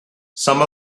some